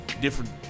different